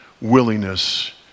willingness